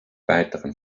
weiteren